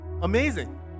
amazing